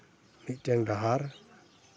ᱢᱤᱫᱴᱮᱱ ᱰᱟᱦᱟᱨ